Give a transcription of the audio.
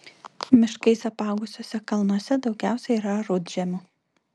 miškais apaugusiuose kalnuose daugiausia yra rudžemių